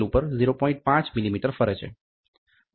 5 millimetre ફરે છે બોલનો વ્યાસ શું છે